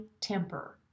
temper